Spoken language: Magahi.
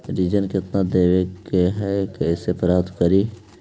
ऋण कितना देवे के है कैसे पता करी?